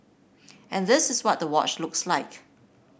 and this is what the watch looks like